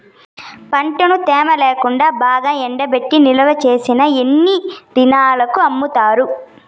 పంటను తేమ లేకుండా బాగా ఎండబెట్టి నిల్వచేసిన ఎన్ని దినాలకు అమ్ముతారు?